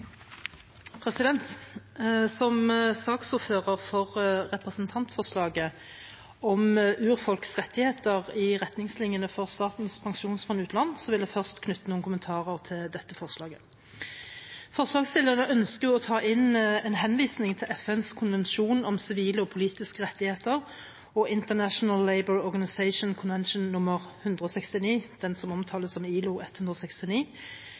over. Som saksordfører for representantforslaget om urfolks rettigheter i retningslinjene for Statens pensjonsfond utland vil jeg først knytte noen kommentarer til dette forslaget. Forslagstillerne ønsker å ta inn en henvisning til FNs konvensjon om sivile og politiske rettigheter og International Labour Organization-konvensjonen nr. 169, den som omtales som ILO 169,